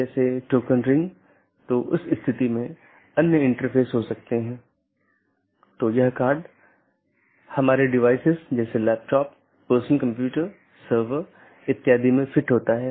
BGP पड़ोसी या BGP speaker की एक जोड़ी एक दूसरे से राउटिंग सूचना आदान प्रदान करते हैं